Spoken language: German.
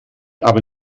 aber